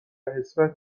حسرت